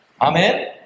Amen